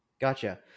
Gotcha